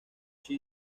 she